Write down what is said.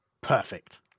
Perfect